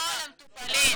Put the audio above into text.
על כל המטופלים.